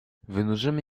wynurzymy